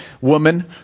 woman